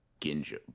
Ginjo